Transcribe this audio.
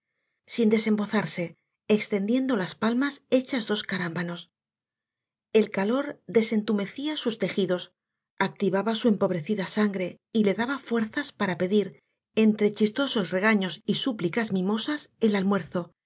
sin desembozarse extendiendo las palmas hechas dos carámbanos el calor desentumecía sus tejidos activaba su empobrecida sangre y le daba fuerzas para pedir entre chistosos regaños y súplicas mimosas el almuerzo